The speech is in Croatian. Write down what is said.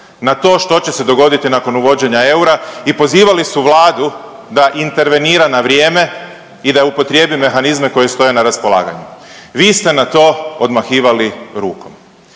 na to što će se dogoditi nakon uvođenja eura i pozivali su Vladu da intervenira na vrijeme i da upotrijebi mehanizme koje joj stoje na raspolaganju. Vi ste na to odmahivali rukom